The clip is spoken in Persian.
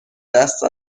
دست